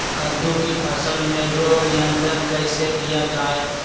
कददु की फसल में रोग नियंत्रण कैसे किया जाए?